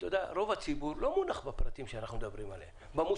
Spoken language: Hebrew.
רוב הציבור לא מונח בפרטים עליהם אנחנו מדברים ובמושגים.